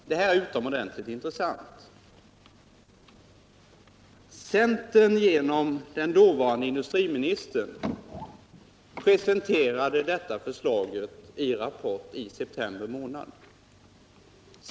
Herr talman! Detta är utomordentligt intressant. Centern presenterade genom den dåvarande industriministern sitt förslag i Rapport i september månad.